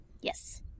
Yes